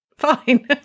fine